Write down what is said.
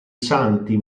santi